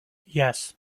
yes